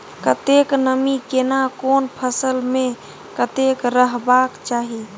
कतेक नमी केना कोन फसल मे कतेक रहबाक चाही?